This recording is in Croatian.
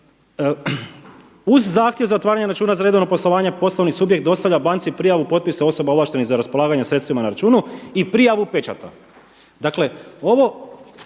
uz zahtjev za otvaranjem računa za redovno poslovanje poslovni subjekt dostavlja banci prijavu potpisa osoba ovlaštenih za raspolaganje sredstvima na računu i prijavu pečata.